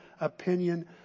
opinion